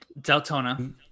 Deltona